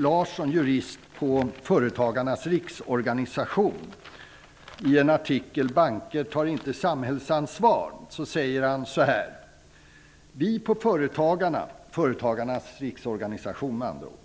Larsson, jurist på Företagarnas riksorganisation, i artikeln Banker tar inte samhällsansvar: Vi på